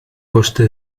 coste